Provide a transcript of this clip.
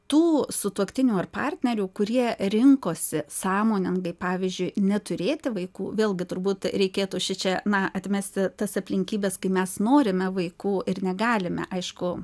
tų sutuoktinių ar partnerių kurie rinkosi sąmoningai pavyzdžiui neturėti vaikų vėlgi turbūt reikėtų šičia na atmesti tas aplinkybes kai mes norime vaikų ir negalime aišku